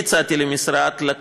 אני הצעתי למשרד,